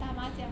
什么打麻将啊